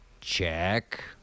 Check